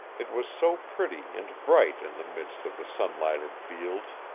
it was so pretty and bright in the midst of the sunlighted fields!